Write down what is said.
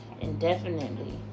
indefinitely